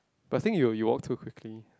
plus I think you you walk too quickly